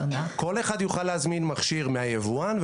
כל אחד יוכל להזמין מכשיר מהיבואן,